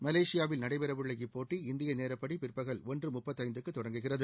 மலேசியாவில் நடைபெறவுள்ள இப்போட்டி இந்திய நேரப்படி பிற்பகல் ஒன்று முப்பத்தைந்துக்கு தொடங்குகிறது